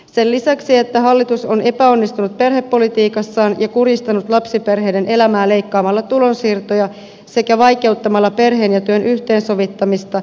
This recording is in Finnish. sen lisäksi että hallitus on epäonnistunut perhepolitiikassaan ja kuristanut lapsiperheiden elämä leikkaamalla tulonsiirtoja sekä vaikeuttamalla perheen ja työn yhteensovittamista